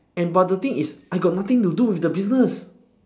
and but the thing is I got nothing to do with the business